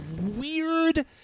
weird